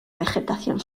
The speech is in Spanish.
vegetación